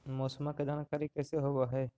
मौसमा के जानकारी कैसे होब है?